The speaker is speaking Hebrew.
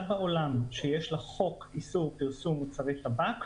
בעולם שיש לה חוק איסור פרסום מוצרי טבק,